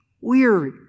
weary